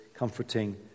comforting